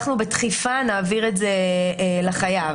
אנחנו בדחיפה נעביר את זה לחייב.